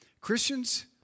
Christians